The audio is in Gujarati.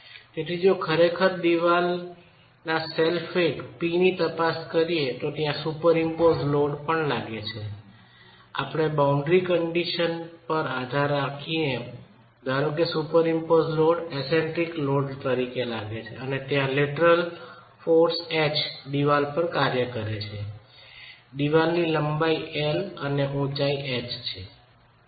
તેથી જો ખરેખર દિવાલના સેલ્ફ વેઇટ P ની તપાસ કરીએ તો ત્યાં સુપરઈમ્પોઝ્ડ લોડ પણ લાગે છે આપણે બાઉન્ડ્રી કન્ડિશનની પર આધાર રાખીને ધારીએ કે સુપરઈમ્પોઝ્ડ લોડ એકસેન્ટ્રિસિટી લોંડ તરીકે લાગે છે અને ત્યાં લેટરલ બળ H દિવાલ પર કાર્ય કરે છે દીવાલની લંબાઈ L અને દિવાલની ઉચાઈ h છે